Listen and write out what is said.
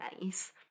nice